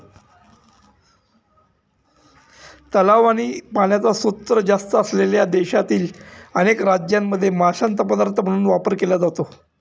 तलाव आणि पाण्याचे स्त्रोत जास्त असलेल्या देशातील अनेक राज्यांमध्ये माशांचा पदार्थ म्हणून वापर केला जातो